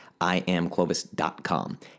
iamclovis.com